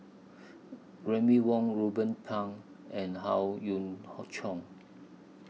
Remy Ong Ruben Pang and Howe Yoon Hoon Chong